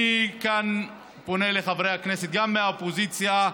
אני כאן פונה לחברי הכנסת, גם מהאופוזיציה,